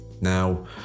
now